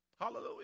Hallelujah